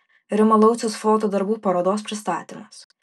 rimo lauciaus foto darbų parodos pristatymas